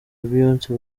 beyonce